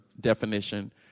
definition